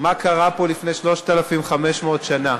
מה קרה פה לפני 3,500 שנה.